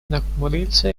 нахмурился